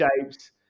shapes